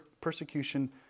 persecution